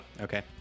Okay